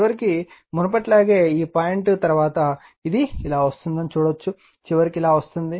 చివరకు మునుపటిలాగే ఈ పాయింట్ తర్వాత ఇది ఇలా వస్తుందని చూడవచ్చు చివరకు ఇది ఇలా వస్తుంది